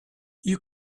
you